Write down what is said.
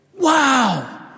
Wow